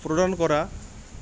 প্ৰদান কৰা